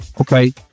okay